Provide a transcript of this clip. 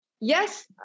Yes